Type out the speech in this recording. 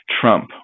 Trump